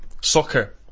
Soccer